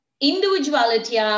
individuality